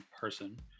person